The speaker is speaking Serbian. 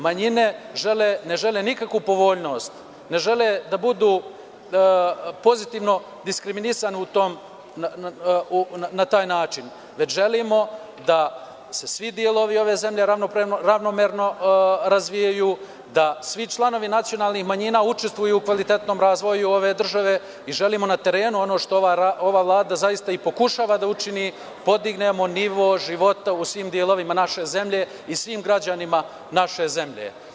Manjine ne žele nikakvu povoljnost, ne žele da budu pozitivno diskriminisane na taj način, već želimo da se svi delovi ove zemlje ravnomerno razvijaju, da svi članovi nacionalnih manjina učestvuju u kvalitetnom razvoju ove države i želimo na terenu, ono što ova Vlada zaista i pokušava da učini, da podignemo nivo života u svim delovima naše zemlje i svim građanima naše zemlje.